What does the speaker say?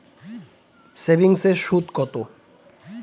সেভিংসে সুদ কত?